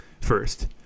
First